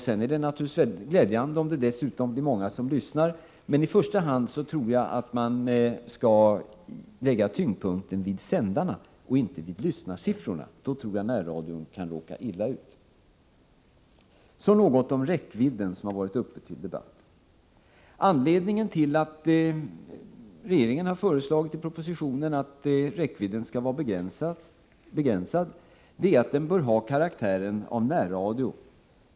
Det är naturligtvis mycket glädjande när det dessutom blir många som lyssnar. Men jag tror att man i första hand skall lägga tyngdpunkten vid sändarna och inte vid lyssnarsiffrorna. Annars tror jag att närradion kan råka illa ut. Så något om räckvidden, som varit uppe till debatt. Anledningen till att regeringen har föreslagit i propositionen att räckvidden skall vara begränsad är att vi anser att verksamheten bör ha karaktären av närradio.